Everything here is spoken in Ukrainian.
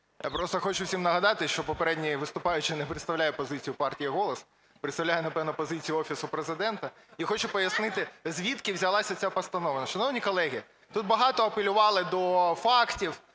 Я просто хочу всім нагадати, що попередній виступаючий не представляє позицію партії "Голос", представляє, напевно, позицію Офісу Президента. І хочу пояснити, звідки взялася ця постанова. Шановні колеги, тут багато апелювали до фактів,